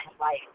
life